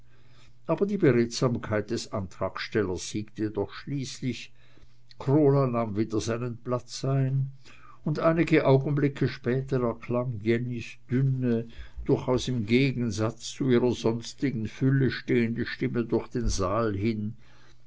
aber die beredsamkeit des antragstellers siegte doch schließlich krola nahm wieder seinen platz ein und einige augenblicke später erklang jennys dünne durchaus im gegensatz zu ihrer sonstigen fülle stehende stimme durch den saal hin